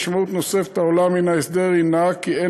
משמעות נוספת העולה מן ההסדר הנה כי אין